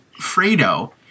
Fredo